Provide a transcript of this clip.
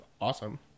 Awesome